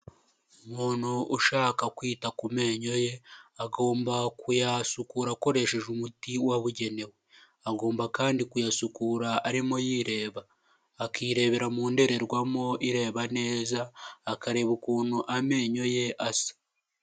Umuntu ushaka kwita ku menyo ye agomba kuyasukura akoresheje umuti wabugenewe, agomba kandi kuyasukura arimo yireba, akirebera mu ndorerwamo ireba neza, akareba ukuntu amenyo ye asa.